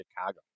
Chicago